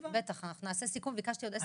את עושה סיכום בסוף הישיבה?